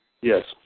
Yes